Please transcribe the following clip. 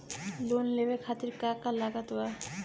Loan लेवे खातिर का का लागत ब?